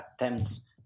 attempts